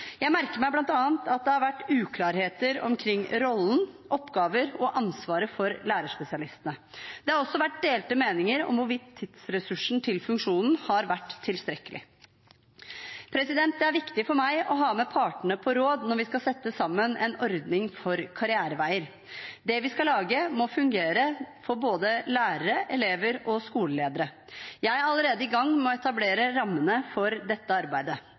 Jeg merker meg bl.a. at det har vært uklarheter omkring rollen, oppgaver og ansvaret for lærerspesialistene. Det har også vært delte meninger om hvorvidt tidsressursen til funksjonen har vært tilstrekkelig. Det er viktig for meg å ha med partene på råd når vi skal sette sammen en ordning for karriereveier. Det vi skal lage, må fungere for både lærere, elever og skoleledere. Jeg er allerede i gang med å etablere rammene for dette arbeidet.